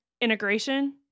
integration